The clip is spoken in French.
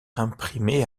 imprimé